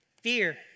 Fear